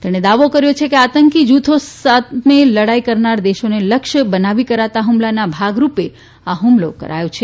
તેણે દાવો કર્યો છે કે આતંકી જૂથો સામે લડાઈ કરનાર દેશોને લક્ષ્ય બનાવી કરાતા હ્મલાના ભાગરૂપે આ હ્મલો કરાયો છે